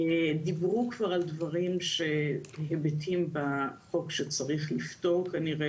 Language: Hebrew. דיברו כבר על היבטים בחוק שצריך לפתור כנראה,